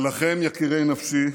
ולכן, יקירי נפשי,